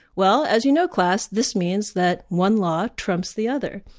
well, as you know, class, this means that one law trumps the other.